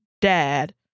dad